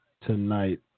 Tonight